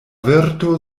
virto